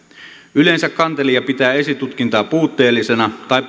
yleensä kantelija pitää esitutkintaa puutteellisena tai